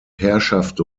herrschaft